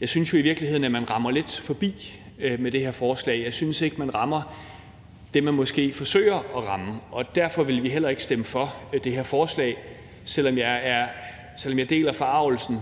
jeg synes i virkeligheden, at man rammer lidt forbi med det her forslag. Jeg synes ikke, man rammer dem, man måske forsøger at ramme. Og derfor vil vi heller ikke stemme for det her forslag, selv om jeg med alle